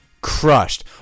crushed